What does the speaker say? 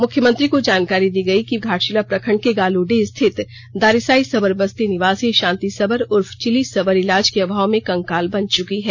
मुख्यमंत्री को जानकारी दी गई कि घाटशिला प्रखंड के गालूडीह स्थित दारीसाई सबर बस्ती निवासी शांति सबर उर्फ चिली सबर इलाज के आभाव में कंकाल बन चुकी है